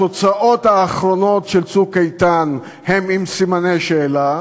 התוצאות האחרונות של "צוק איתן" הן עם סימני שאלה,